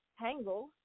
tangle